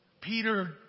Peter